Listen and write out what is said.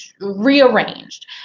rearranged